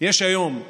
ואיך לסיים את היום.